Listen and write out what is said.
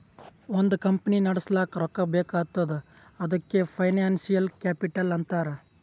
ಒಂದ್ ಕಂಪನಿ ನಡುಸ್ಲಾಕ್ ರೊಕ್ಕಾ ಬೇಕ್ ಆತ್ತುದ್ ಅದಕೆ ಫೈನಾನ್ಸಿಯಲ್ ಕ್ಯಾಪಿಟಲ್ ಅಂತಾರ್